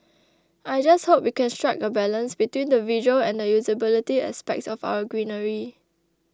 I just hope we can strike a balance between the visual and the usability aspects of our greenery